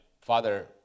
father